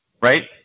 right